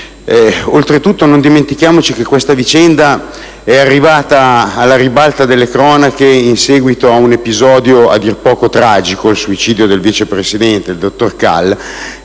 Inoltre, non dimentichiamoci che il tutto é arrivato alla ribalta delle cronache in seguito ad un episodio a dir poco tragico, il suicidio del vice presidente, dottor Cal,